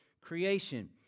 creation